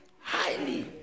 highly